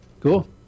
Cool